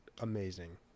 amazing